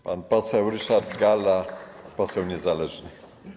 Pan poseł Ryszard Galla, poseł niezależny.